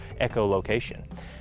echolocation